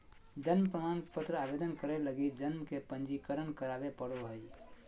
जन्म प्रमाण पत्र आवेदन करे लगी जन्म के पंजीकरण करावे पड़ो हइ